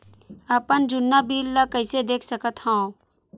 अपन जुन्ना बिल ला कइसे देख सकत हाव?